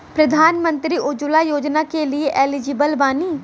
प्रधानमंत्री उज्जवला योजना के लिए एलिजिबल बानी?